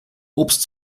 obst